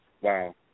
Wow